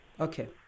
Okay